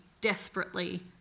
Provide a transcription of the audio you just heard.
desperately